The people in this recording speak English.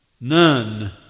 None